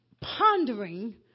pondering